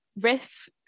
Riff